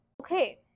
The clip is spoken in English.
okay